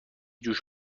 جوش